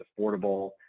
affordable